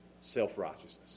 Self-righteousness